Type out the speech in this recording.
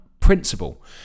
Principle